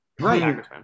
Right